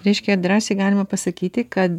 reiškia drąsiai galime pasakyti kad